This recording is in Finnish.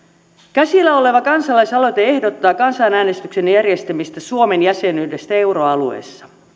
käsillä oleva kansalaisaloite ehdottaa kansanäänestyksen järjestämistä suomen jäsenyydestä euroalueessa